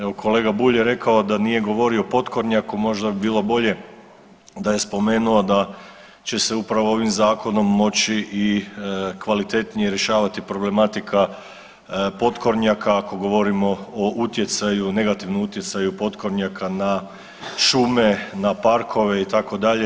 Evo kolega Bulj je rekao da nije govorio o potkornjaku, možda bi bilo bolje da je spomenuo da će se upravo ovim zakonom moći kvalitetnije rješavati problematika potkornjaka ako govorimo o utjecaju, negativnom utjecaju potkornjaka na šume, na parkove itd.